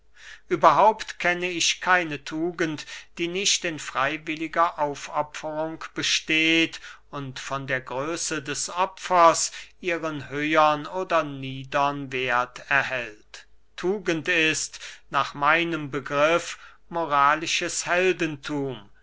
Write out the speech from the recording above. überhaupt kenne ich keine tugend die nicht in freywilliger aufopferung besteht und von der größe des opfers ihren höhern oder niedern werth erhält tugend ist nach meinem begriff moralisches heldenthum